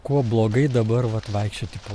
kuo blogai dabar vat vaikščioti po